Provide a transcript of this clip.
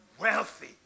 wealthy